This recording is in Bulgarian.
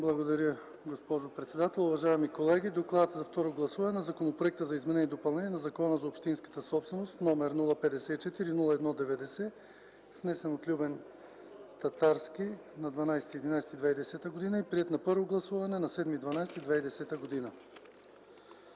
Благодаря, госпожо председател. Уважаеми колеги! Доклад за второ гласуване на Законопроект за изменение и допълнение на Закона за общинската собственост № 054-01-90, внесен от Любен Татарски на 12 ноември 2010 г., приет на първо гласуване на 7 декември 2010 г.